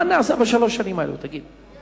מה נעשה בשלוש השנים האלה, תגיד?